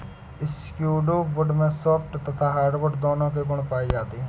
pseudo wood में soft तथा hardwood दोनों के गुण पाए जाते हैं